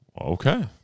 Okay